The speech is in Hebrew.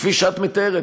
כפי שאת מתארת,